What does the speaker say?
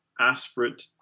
aspirate